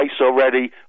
already